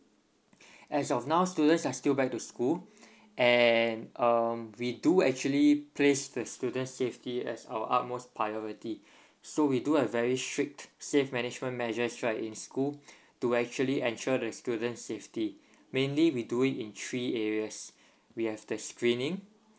as of now students are still back to school and um we do actually placed the students safety as our utmost priority so we do a very strict save management measures right in school to actually ensure the students safety mainly we do it in three areas we have the screening